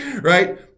right